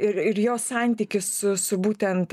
ir ir jos santykis su su būtent